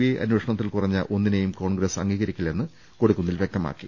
I അന്വേഷണത്തിൽ കുറഞ്ഞ ഒന്നിനെയും കോൺഗ്രസ് അംഗീകരിക്കില്ലെന്ന് കൊടിക്കുന്നിൽ വ്യക്തമാക്കി